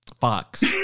fox